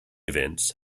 events